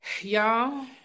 Y'all